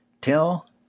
Tell